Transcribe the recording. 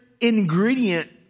ingredient